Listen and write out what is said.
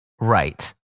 Right